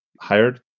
hired